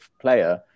player